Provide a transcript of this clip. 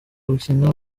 gukina